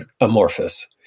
amorphous